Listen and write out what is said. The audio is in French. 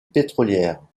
pétrolière